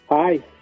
Hi